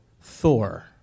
Thor